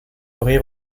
rire